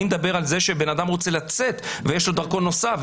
אני מדבר על זה שבן אדם רוצה לצאת ויש לו דרכון נוסף.